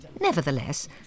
Nevertheless